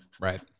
right